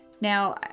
Now